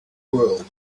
world